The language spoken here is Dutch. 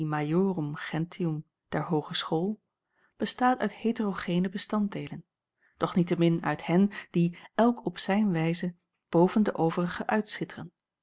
gentium der hoogeschool bestaat uit heterogene bestanddeelen doch niettemin uit hen die elk op zijne wijze boven de overigen